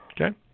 Okay